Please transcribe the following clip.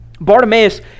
Bartimaeus